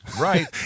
Right